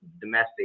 domestic